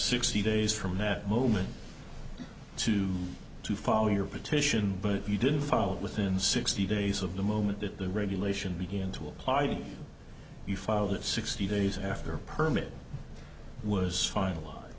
sixty days from that moment to to follow your petition but you didn't fall within sixty days of the moment that the regulation began to apply to you filed it sixty days after a permit was fin